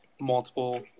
multiple